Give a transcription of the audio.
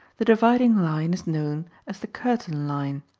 the dividing line is known as the curtain line.